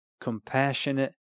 compassionate